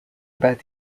about